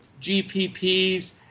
gpps